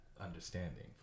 understanding